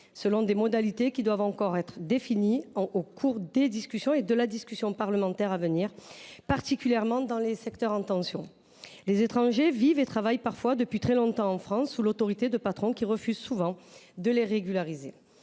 selon des modalités qui doivent encore être définies au cours des discussions à venir, notamment parlementaires, particulièrement dans les secteurs en tension. Les étrangers vivent et travaillent parfois depuis très longtemps en France sous l’autorité de patrons qui peuvent refuser de les régulariser.